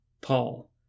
Paul